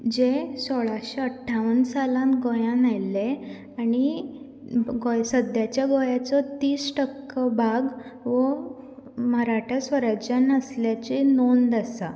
जे सोळाशे अठ्ठावन सालांत गोंयान आयल्ले आनी सद्द्याच्या गोंयाचो तीस टक्को भाग हो मराठा स्वराज्यान आसल्याची नोंद आसा